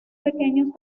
pequeños